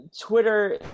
Twitter